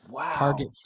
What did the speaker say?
Target